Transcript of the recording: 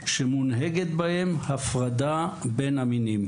שמונהגת בהם הפרדה בין המינים".